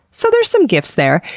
so, there's some gifts there.